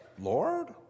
Lord